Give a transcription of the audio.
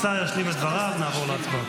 הוא כבר בקריאה ראשונה, נדמה לי.